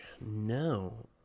No